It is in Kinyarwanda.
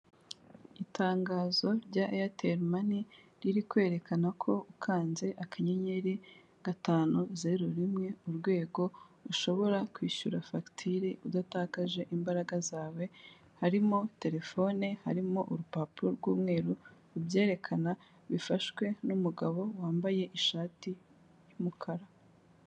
Itangazo rya eyateli mane, riri kwerekana ko ukanze akanyenyeri gatanu, zeru rimwe, urwego, ushobora kwishyura fagitire udatakaje imbaraga zawe, harimo telefone, harimo urupapuro rw'umweru rubyerekana, bifashwe n'umugabo wambaye ishati y'umukara.